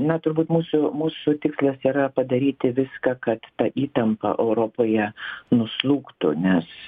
na turbūt mūsų mūsų tikslas yra padaryti viską kad ta įtampa europoje nuslūgtų nes